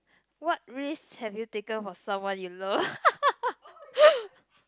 what risk have you taken for someone you love